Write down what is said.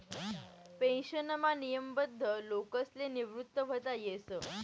पेन्शनमा नियमबद्ध लोकसले निवृत व्हता येस